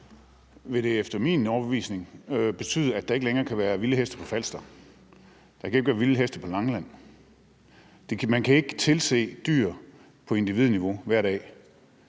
vil det efter min overbevisning betyde, at der ikke længere kan være vilde heste på Falster, at der ikke kan være vilde heste på Langeland. Man kan ikke tilse dyr på individniveau hver dag,